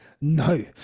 no